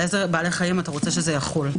על איזה בעלי חיים אתה רוצה שזה יחול?